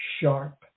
sharp